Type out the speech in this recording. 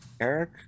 Eric